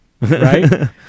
right